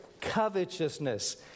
covetousness